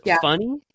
funny